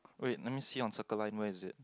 wait let me see on Circle Line where is it